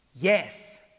yes